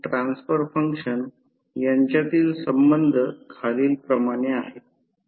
प्रतिबाधा मूल्य प्रतिकार आणि प्रतिक्रिय शोधणे आवश्यक आहे